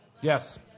Yes